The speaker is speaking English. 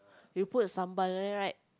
you put Sambal there right